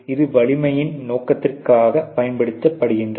இது வலிமையின் நோக்கத்திற்காக பயன்படுத்தப்படுகிறது